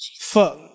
Fuck